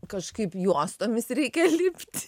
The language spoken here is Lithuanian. kažkaip juostomis reikia lipt